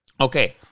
Okay